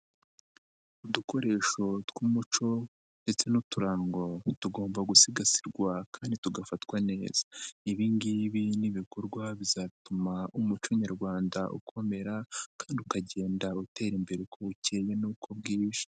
Udukoresho tw'umuco ndetse n'uturango tugomba gusigasirwa kandi tugafatwa neza ibi ngibi ni bikorwa bizatuma umuco Nyarwanda ukomera kandi ukagenda utera imbere uko bukeye n'uko bwije.